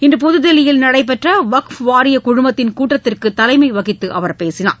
இன்று புதுதில்லியில் நடைபெற்ற வக்ஃபு வாரிய குழுமத்தின் கூட்டத்திற்கு தலைமை வகித்து அவர் பேசினார்